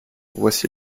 voici